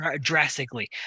drastically